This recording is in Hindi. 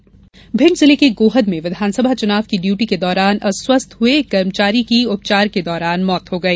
चुनाव डयुटी मौत मिंड जिले के गोहद में विघानसभा चुनाव की ड्यूटी के दौरान अस्वस्थ हुए एक कर्मचारी की उपचार के दौरान मौत हो गई